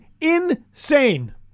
insane